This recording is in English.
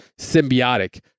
symbiotic